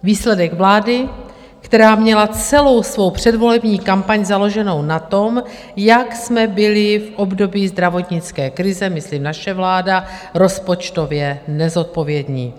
Výsledek vlády, která měla celou svou předvolební kampaň založenu na tom, jak jsme byli v období zdravotnické krize, myslím naše vláda, rozpočtově nezodpovědní.